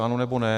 Ano, nebo ne.